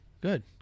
good